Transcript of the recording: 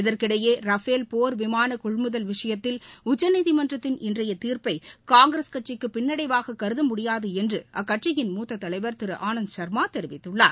இதற்கிடையே ரஃபேல் போர் விமான கொள்முதல் விஷயத்தில் உச்சநீதிமன்றத்தின் இன்றைய தீர்ப்பை காங்கிரஸ் கட்சிக்கு பின்னடைவாக கருத முடியாது என்று அக்கட்சியின் மூத்தத் தலைவர் திரு ஆனந்த் ஷர்மா தெரிவித்துள்ளார்